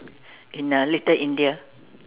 in uh Little India